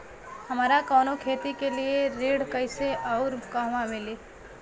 हमरा कवनो खेती के लिये ऋण कइसे अउर कहवा मिली?